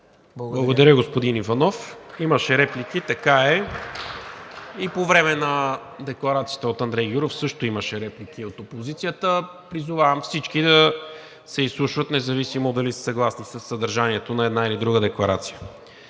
Благодаря, господин Иванов. Имаше реплики, така е. И по време на декларацията от Андрей Гюров също имаше реплики от опозицията. Призовавам всички да се изслушват независимо дали са съгласни със съдържанието на една или друга декларация.